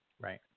Right